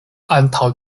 antaŭ